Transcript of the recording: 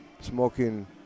smoking